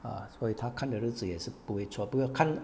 err 所以他看的日子也是不会错不用看